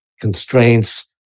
constraints